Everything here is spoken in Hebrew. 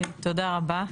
תודה רבה.